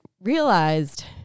realized